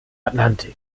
atlantik